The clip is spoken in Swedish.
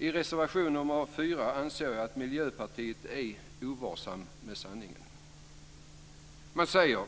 I reservation nr 4 anser jag att Miljöpartiet är ovarsamt med sanningen. Man säger: